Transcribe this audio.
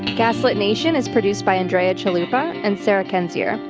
gaslit nation is produced by andrea chalupa and sarah kendzior.